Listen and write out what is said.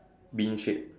bin shape